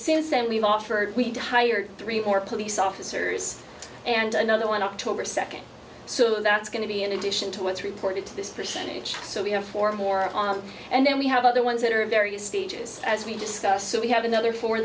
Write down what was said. since then we've offered we need to hire three more police officers and another one october second so that's going to be in addition to what's reported to this percentage so we have four more on and then we have other ones that are in various stages as we discussed so we have another fo